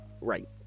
right